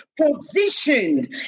positioned